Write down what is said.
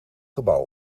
gebouw